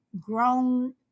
Grown